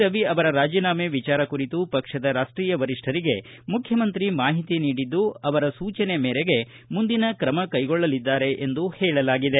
ರವಿ ಅವರ ರಾಜೀನಾಮೆ ವಿಚಾರ ಕುರಿತು ಪಕ್ಷದ ರಾಷ್ಟೀಯ ವರಿಷ್ಠರಿಗೆ ಮುಖ್ಯಮಂತ್ರಿ ಮಾಹಿತಿ ನೀಡಿದ್ದು ಅವರ ಸೂಚನೆ ಮೇರೆಗೆ ಮುಂದಿನ ಕ್ರಮ ಕೈಗೊಳ್ಳಲಿದ್ದಾರೆ ಎಂದು ಹೇಳಲಾಗಿದೆ